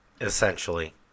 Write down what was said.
essentially